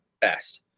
best